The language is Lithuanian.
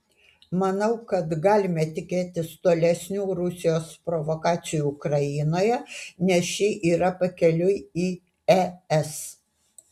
manau kad galime tikėtis tolesnių rusijos provokacijų ukrainoje nes ši yra pakeliui į es